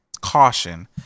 caution